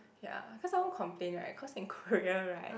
ya cause I want complain right cause in Korea right